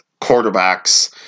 quarterbacks